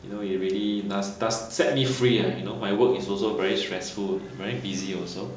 you know you really does does set me free ah you know my work is also very stressful very busy also